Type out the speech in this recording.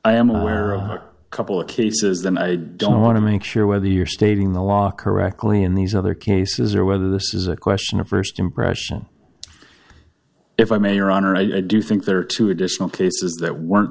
i am aware of a couple of cases and i don't want to make sure whether you're stating the law correctly in these other cases or whether this is a question of st impression if i may your honor i do think there are two additional cases that were